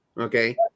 Okay